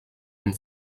amb